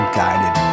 guided